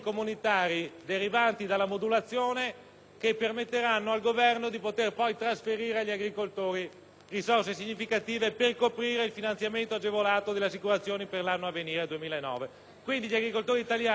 che permetteranno al Governo di poter trasferire agli agricoltori risorse significative per coprire il finanziamento agevolato delle assicurazioni per l'anno 2009. Gli agricoltori italiani, quindi, non devono essere tratti in inganno,